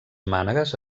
mànegues